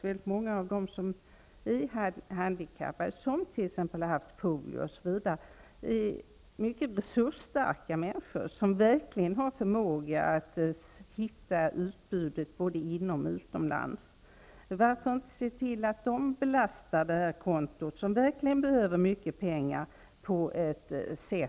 Väldigt många av dem som är handikappade, som t.ex. har haft polio, är mycket resursstarka människor, som verkligen har förmåga att hitta utbudet både inom landet och utomlands. Varför inte se till att dessa människor, som verkligen behöver mycket pengar, belastar det här kontot?